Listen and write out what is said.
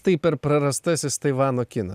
taip ir prarastasis taivano kina